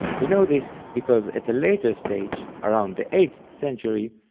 we know this because at a later stage, around the eighth century,